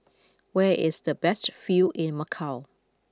where is the best view in Macau